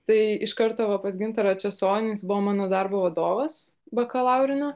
tai iš karto va pas gintarą česonis buvo mano darbo vadovas bakalaurinio